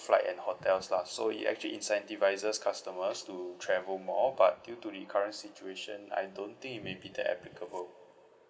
flight and hotels lah so it actually incentivises customers to travel more but due to the current situation I don't think it may be that applicable